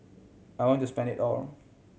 I want to spend it all